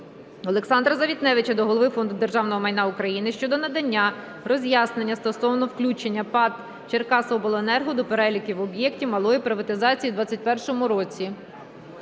Олександра Завітневича до Голови Фонду державного майна України щодо надання роз'яснення стосовно включення ПАТ "Черкасиобленерго" до переліку об'єктів малої приватизації в 21-му році.